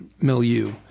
milieu